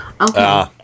okay